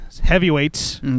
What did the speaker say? heavyweights